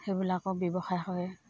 সেইবিলাকৰ ব্যৱসায় কৰে